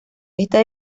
esta